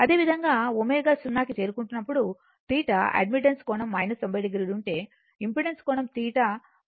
అదేవిధంగా ω → 0 θY admittance కోణం 90 o ఉంటే ఇంపెడెన్స్ కోణం θ 90 o అవుతుంది